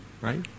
right